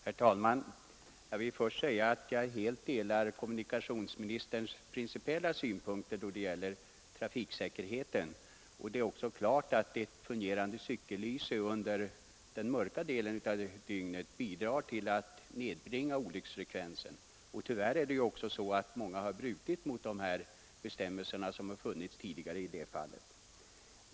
Herr talman! Jag ansluter mig helt till kommunikationsministerns principiella synpunkter då det gäller trafiksäkerheten. Det är klart att ett fungerande cykellyse under den mörka delen av dygnet bidrar till att nedbringa olycksfrekvensen. Tyvärr har också många brutit mot de bestämmelser som har funnits tidigare i det här avseendet.